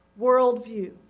worldview